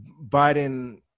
Biden